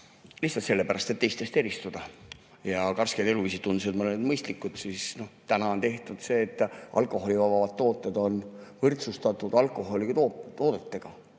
Lihtsalt sellepärast, et teistest eristuda ja et karske eluviis tundus mulle mõistlik. Täna on tehtud see, et alkoholivabad tooted on võrdsustatud alkoholiga toodetega.